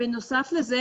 בנוסף לזה,